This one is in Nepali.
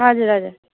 हजुर हजुर